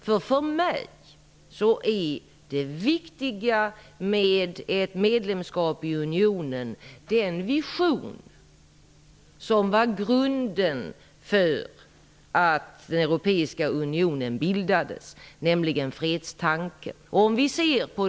För mig är det viktiga med ett medlemskap i unionen den vision som var grunden för att Europeiska unionen bildades, nämligen fredstanken.